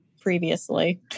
previously